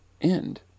end